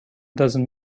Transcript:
doesn’t